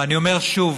ואני אומר שוב: